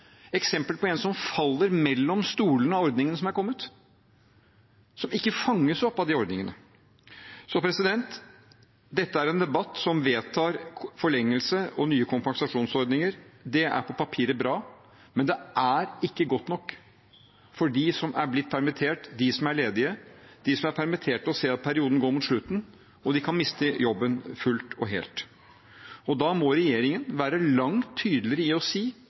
faller mellom stolene av ordninger som er kommet, og som ikke fanges opp av de ordningene. Dette er en debatt hvor det vedtas forlengelse og nye kompensasjonsordninger. Det er på papiret bra, men det er ikke godt nok for dem som er blitt permittert, dem som er ledige, dem som er permittert og ser at perioden går mot slutten, og at de kan miste jobben fullt og helt. Da må regjeringen være langt tydeligere i å si